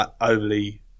overly